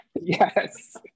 yes